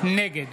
נגד